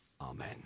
Amen